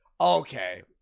Okay